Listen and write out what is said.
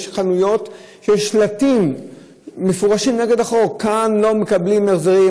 יש חנויות שיש שלטים מפורשים נגד החוק: כאן לא מקבלים החזרים,